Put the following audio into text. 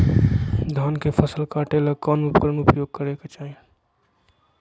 धान के फसल काटे ला कौन उपकरण उपयोग करे के चाही?